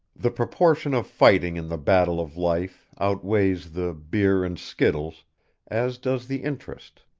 the proportion of fighting in the battle of life outweighs the beer and skittles as does the interest.